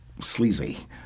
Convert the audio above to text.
sleazy